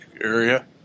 area